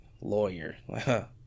lawyer